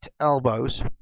elbows